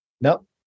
nope